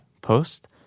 post